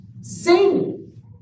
Sing